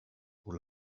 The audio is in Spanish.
por